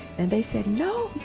and they said, no,